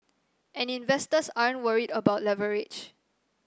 and investors aren't worried about leverage